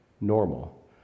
normal